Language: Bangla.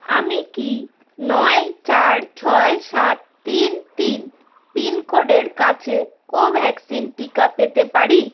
আমি কি নয় চার ছয় সাত তিন তিন পিনকোডের কাছে কোভ্যাক্সিন টিকা পেতে পারি